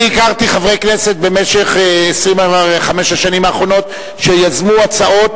אני הכרתי חברי כנסת ב-25 השנים האחרונות שיזמו הצעות